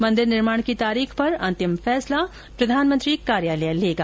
मंदिर निर्माण की तारीख पर अंतिम फैसला प्रधानमंत्री कार्यालय लेगा